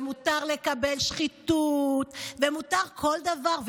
שמותר לקבל שחיתות ומותר כל דבר?